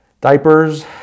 diapers